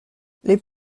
les